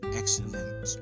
excellent